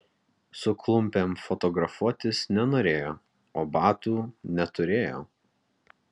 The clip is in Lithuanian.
su klumpėm fotografuotis nenorėjo o batų neturėjo